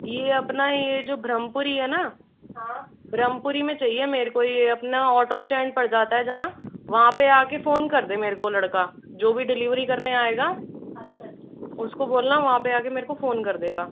यह अपना यह जो ब्रह्मपुरी है ना ब्रह्मपुरी में चाहिए मुझे यह अपना ऑटो स्टैंड पड़ जाता है जहाँ वहाँ पर आकर फोन कर दे मुझे लड़का जो भी डिलीवरी करने आएगा उसको बोलना वहाँ पर आकर मुझे फोन कर देगा